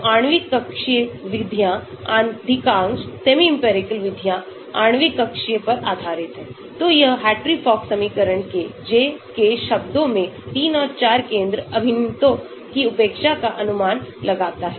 तो आणविक कक्षीय विधियाँ अधिकांश सेमी इंपिरिकल विधियाँ आणविक कक्षीय पर आधारित हैंतो यह हाट्री फॉक समीकरण के J K शब्दों में 3 और 4 केंद्र अभिन्नों की उपेक्षा का अनुमान लगाता है